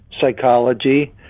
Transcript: psychology